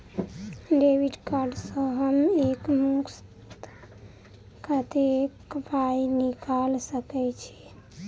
Debit card सँ हम एक मुस्त कत्तेक पाई निकाल सकय छी?